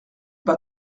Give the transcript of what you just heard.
pas